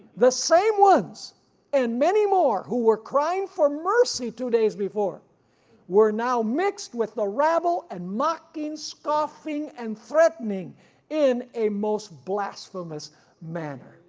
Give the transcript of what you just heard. the same ones and many more who were crying for mercy two days before were now mixed with the rabble and mocking scoffing and threatening in a most blasphemous manner.